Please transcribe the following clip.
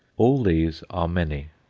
all these are many,